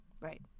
Right